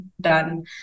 done